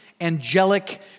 angelic